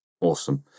Awesome